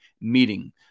meeting